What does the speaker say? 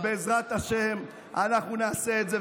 ובעזרת השם אנחנו נעשה את זה.